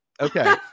Okay